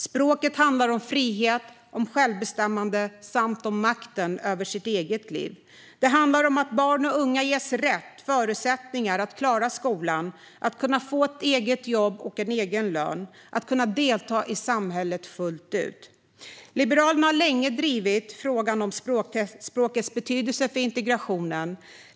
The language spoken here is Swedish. Språket handlar om frihet och självbestämmande samt om makt över sitt eget liv. Det handlar om att barn och unga ges rätt förutsättningar att klara skolan, att få ett jobb och egen lön och att delta i samhället fullt ut. Liberalerna har länge drivit frågan om språkets betydelse för integrationen.